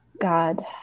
God